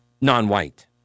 Non-white